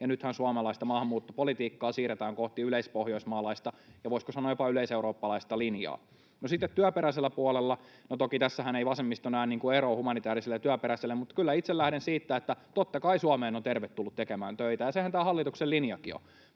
Ja nythän suomalaista maahanmuuttopolitiikkaa siirretään kohti yleispohjoismaalaista ja, voisiko sanoa, jopa yleiseurooppalaista linjaa. No, sitten työperäisellä puolella — toki tässähän ei vasemmisto näe eroa humanitäärisellä ja työperäisellä — kyllä itse lähden siitä, että totta kai Suomeen on tervetullut tekemään töitä, ja sehän tämä hallituksen linjakin on,